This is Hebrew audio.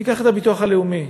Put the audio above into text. ניקח את הביטוח הלאומי.